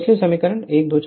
इसलिए समीकरण 1 2 3 4 से